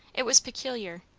it was peculiar.